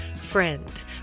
Friend